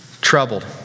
troubled